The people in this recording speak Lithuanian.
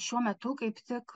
šiuo metu kaip tik